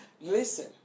listen